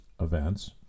events